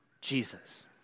Jesus